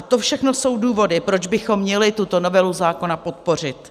To všechno jsou důvody, proč bychom měli tuto novelu zákona podpořit.